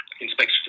inspection